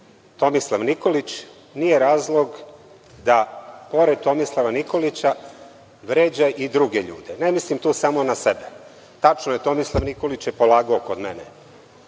Tomislav Nikolić, nije razlog da pored Tomislava Nikolića vređa i druge ljude. Ne mislim tu samo na sebe. Tačno je, Tomislav Nikolić je polagao kod mene